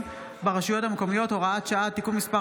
ברשויות המקומיות (הוראת שעה) (תיקון מס'